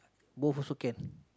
both also can